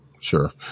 sure